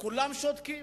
כולם שותקים.